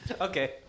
Okay